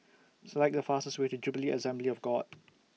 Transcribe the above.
Select The fastest Way to Jubilee Assembly of God